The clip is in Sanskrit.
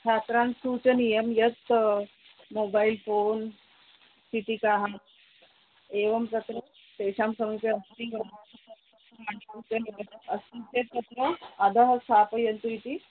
छात्रान् सूचनीयं यत् मोबैल् फ़ोन् चीटिकाः एवं तत्र तेषां समीपे अस्ति वा अस्ति चेत् तत्र अधः स्थापयन्तु इति